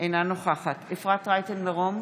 אינה נוכחת אפרת רייטן מרום,